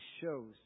shows